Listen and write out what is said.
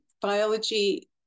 biology